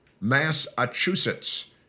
Massachusetts